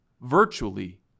virtually